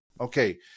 Okay